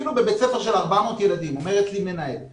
אפילו בבית ספר של 400 ילדים, אומרת לי מנהלת